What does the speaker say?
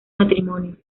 matrimonio